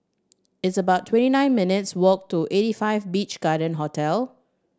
it's about twenty nine minutes' walk to Eighty Five Beach Garden Hotel